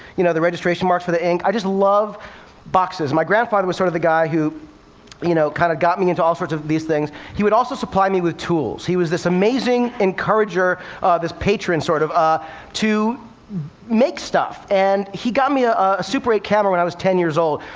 you know the registration marks for the ink. i just love boxes. my grandfather was sort of the guy who you know kind of got me into all sorts of these things. he would also supply me with tools. he was this amazing encourager this patron, sort of, ah to make stuff. and he got me ah a super eight camera when i was ten years old.